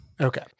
Okay